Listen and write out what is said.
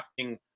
crafting